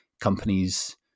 companies